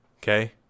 Okay